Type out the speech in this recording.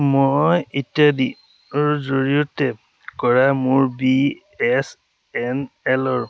মই ইত্যাদি ৰ জৰিয়তে কৰা মোৰ বি এছ এন এলৰ